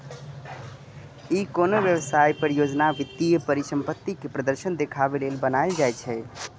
ई कोनो व्यवसाय, परियोजना, वित्तीय परिसंपत्ति के प्रदर्शन देखाबे लेल बनाएल जाइ छै